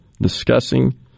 discussing